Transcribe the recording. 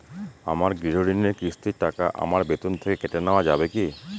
আমার গৃহঋণের কিস্তির টাকা আমার বেতন থেকে কেটে নেওয়া যাবে কি?